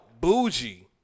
bougie